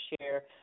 share